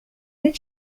did